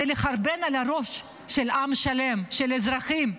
זה לחרבן על הראש של עם שלם, של אזרחים.